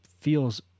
feels